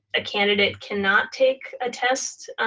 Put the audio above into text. a candidate cannot take a test